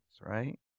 right